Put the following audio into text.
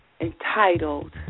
entitled